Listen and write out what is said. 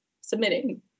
submitting